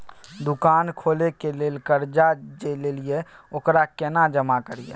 दुकान खोले के लेल कर्जा जे ललिए ओकरा केना जमा करिए?